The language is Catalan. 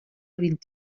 vint